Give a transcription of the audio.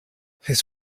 this